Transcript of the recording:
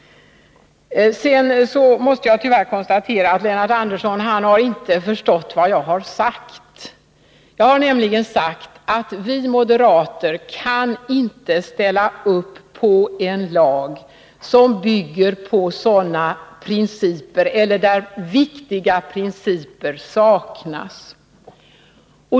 Sedan måste jag tyvärr konstatera att Lennart Andersson inte förstått vad jag har sagt. Jag har nämligen sagt att vi moderater inte kan ställa upp för en lag där viktiga principer saknas.